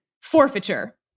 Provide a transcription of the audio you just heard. forfeiture